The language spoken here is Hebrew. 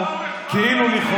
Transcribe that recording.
תודה, סגן השר.